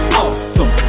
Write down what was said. awesome